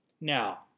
Now